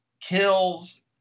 kills